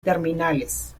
terminales